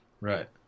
Right